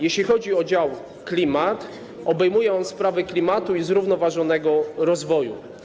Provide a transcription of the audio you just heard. Jeśli chodzi o dział klimat, to obejmuje on sprawy klimatu i zrównoważonego rozwoju.